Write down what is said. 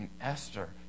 Esther